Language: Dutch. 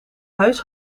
huis